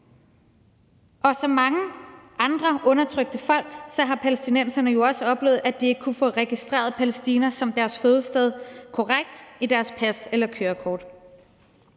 og som mange andre undertrykte folk har palæstinenserne jo også oplevet, at de ikke kunne få registreret Palæstina som deres fødested korrekt i deres pas eller kørekort.